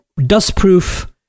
dustproof